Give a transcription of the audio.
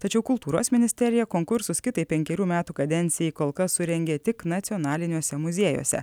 tačiau kultūros ministerija konkursus kitai penkerių metų kadencijai kol kas surengė tik nacionaliniuose muziejuose